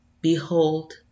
Behold